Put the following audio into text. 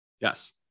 Yes